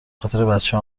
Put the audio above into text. خاطربچه